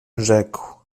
rzekł